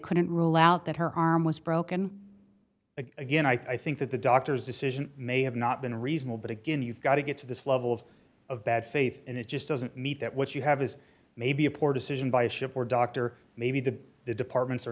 couldn't rule out that her arm was broken again i think that the doctor's decision may have not been reasonable but again you've got to get to this level of bad faith and it just doesn't meet that what you have is maybe a poor decision by ship or doctor maybe the departments are